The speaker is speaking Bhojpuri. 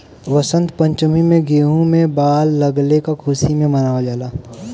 वसंत पंचमी में गेंहू में बाल लगले क खुशी में मनावल जाला